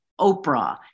Oprah